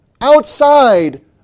outside